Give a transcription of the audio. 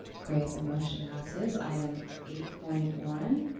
great, the motion passes. item eight point one.